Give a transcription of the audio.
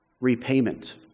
repayment